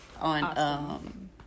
On